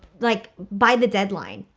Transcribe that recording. like by the deadline,